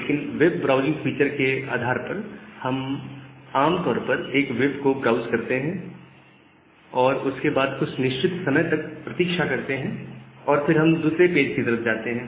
लेकिन web browsing nature के आधार पर हम आमतौर पर एक वेब को ब्राउज़ करते हैं और उसके बाद कुछ निश्चित समय तक प्रतीक्षा करते हैं और फिर हम दूसरे पेज की तरफ जाते हैं